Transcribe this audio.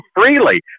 freely